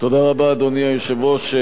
אדוני היושב-ראש,